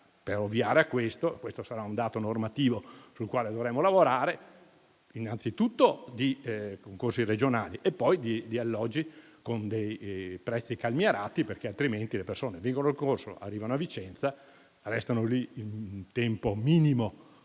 ovviare a questo problema e sarà un dato normativo sul quale dovremo lavorare. Innanzitutto, vi è bisogno di concorsi regionali e poi di alloggi con dei prezzi calmierati. Altrimenti, le persone vincono il concorso, arrivano a Vicenza, restano il tempo minimo